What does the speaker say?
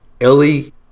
Ellie